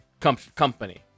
company